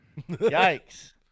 Yikes